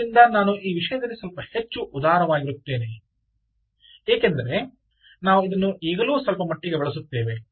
ಆದ್ದರಿಂದ ನಾನು ಈ ವಿಷಯದಲ್ಲಿ ಸ್ವಲ್ಪ ಹೆಚ್ಚು ಉದಾರವಾಗಿರುತ್ತೇನೆ ಏಕೆಂದರೆ ನಾವು ಇದನ್ನು ಈಗಲೂ ಸ್ವಲ್ಪಮಟ್ಟಿಗೆ ಬಳಸುತ್ತೇವೆ